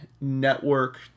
network